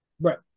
Right